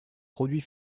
produit